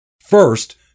First